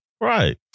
Right